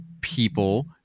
people